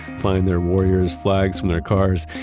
flying their warriors flags from their cars,